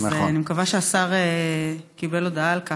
אז אני מקווה שהשר קיבל הודעה על כך.